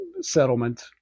settlement